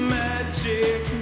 magic